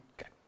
Okay